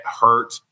hurt